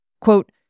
Quote